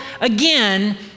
again